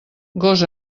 gos